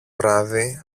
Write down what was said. βράδυ